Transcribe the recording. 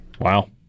Wow